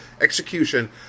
execution